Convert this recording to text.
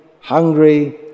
hungry